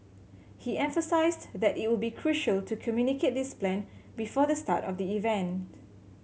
he emphasised that it would be crucial to communicate this plan before the start of the event